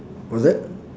what's that